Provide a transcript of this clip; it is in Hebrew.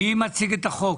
בבקשה, מי מציג את החוק?